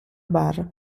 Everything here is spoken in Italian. bar